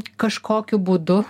kažkokiu būdu